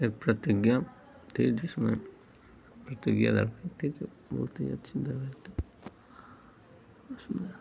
एक प्रतिज्ञा थी जिसमें प्रतिज्ञा धारावाहिक था जो बहुत ही अच्छा धरवाहिक था उसमें